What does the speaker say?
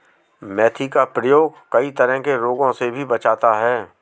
मेथी का प्रयोग कई तरह के रोगों से भी बचाता है